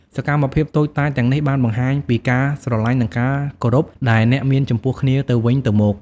សកម្មភាពតូចតាចទាំងនេះបានបង្ហាញពីការស្រលាញ់និងការគោរពដែលអ្នកមានចំពោះគ្នាទៅវិញទៅមក។